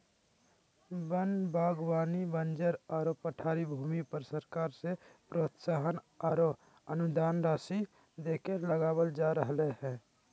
वन बागवानी बंजर आरो पठारी भूमि पर सरकार से प्रोत्साहन आरो अनुदान राशि देके लगावल जा रहल हई